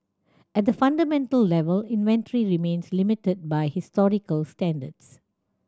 at the fundamental level inventory remains limited by historical standards